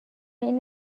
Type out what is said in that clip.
این